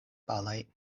palaj